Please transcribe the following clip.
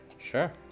Sure